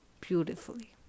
beautifully